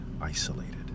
isolated